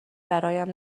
برایم